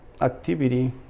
activity